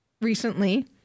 recently